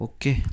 Okay